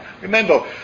Remember